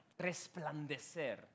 resplandecer